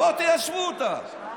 בואו תיישבו אותה.